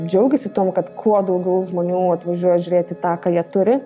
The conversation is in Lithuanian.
džiaugiasi tuom kad kuo daugiau žmonių atvažiuoja žiūrėti į tą ką jie turi